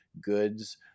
goods